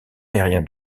aérien